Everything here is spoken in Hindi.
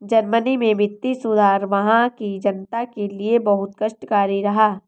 जर्मनी में वित्तीय सुधार वहां की जनता के लिए बहुत कष्टकारी रहा